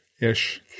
ish